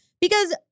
because-